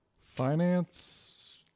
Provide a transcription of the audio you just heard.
Finance